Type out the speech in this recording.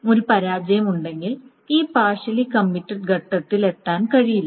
ഒരു പരാജയം ഉണ്ടെങ്കിൽ ഈ പാർഷ്യലി കമ്മിറ്റഡ് ഘട്ടത്തിൽ എത്താൻ കഴിയില്ല